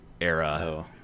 era